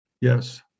Yes